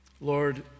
Lord